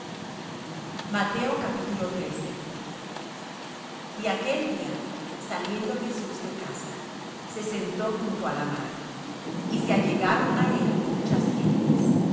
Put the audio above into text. madre y aquel día saliendo jesús de casa se sentó junto á la mar y se allegaron á él muchas gentes